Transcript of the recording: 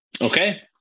Okay